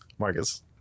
Marcus